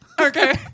Okay